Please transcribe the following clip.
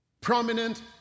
prominent